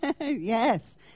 Yes